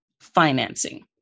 financing